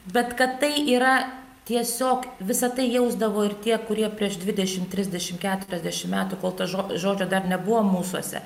bet kad tai yra tiesiog visa tai jausdavo ir tie kurie prieš dvidešimt trisdešimt keturiasdešimt metų kol to žo žodžio dar nebuvo mūsuose